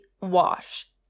wash